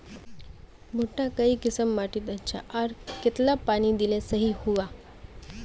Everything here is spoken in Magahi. भुट्टा काई किसम माटित अच्छा, आर कतेला पानी दिले सही होवा?